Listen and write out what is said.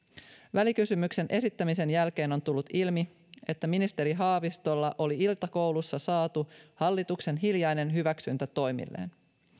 välikysymyksen esittämisen jälkeen on tullut ilmi että ministeri haavistolla oli iltakoulussa saatu hallituksen hiljainen hyväksyntä toimilleen